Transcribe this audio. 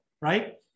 Right